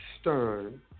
Stern